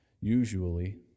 Usually